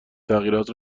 تغییرات